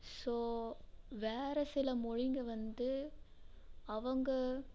so வேற சில மொழிங்க வந்து அவங்க